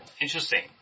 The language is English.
Interesting